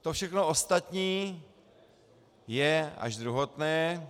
To všechno ostatní je až druhotné.